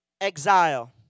exile